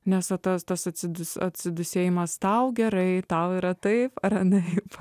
nes va tas tas astidus atsidūsėjimas tau gerai tau yra taip ar anaip